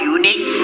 unique